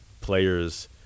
players